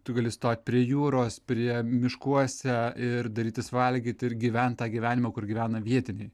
tu gali stot prie jūros prie miškuose ir darytis valgyti ir gyvent tą gyvenimą kur gyvena vietiniai